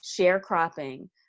sharecropping